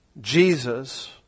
Jesus